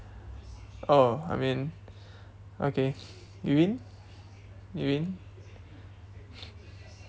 oh I mean okay you win you win